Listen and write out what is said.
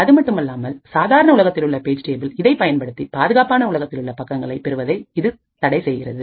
அதுமட்டுமல்லாமல் சாதாரண உலகத்திலுள்ள பேஜ் டேபிள் இதைப் பயன்படுத்தி பாதுகாப்பான உலகத்தில் உள்ள பக்கங்களை பெறுவதை இது தடை செய்கிறது